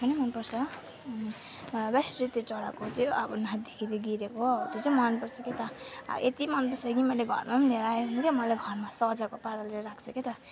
सबै नै मनपर्छ अनि बेस्ट चाहिँ त्यो चराको त्यो अब नाच्दाखेरि गिरेको त्यो चाहिँ मनपर्छ के त यत्ति मनपर्छ कि मैले घरमा पनि लिएर आएर के मैले घरमा सजाएको पाराले राखेको छ के त